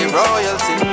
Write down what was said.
royalty